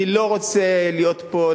אני לא רוצה להיות פה,